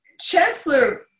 Chancellor